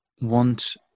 want